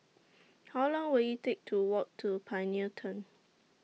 How Long Will IT Take to Walk to Pioneer Turn